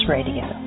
Radio